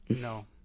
No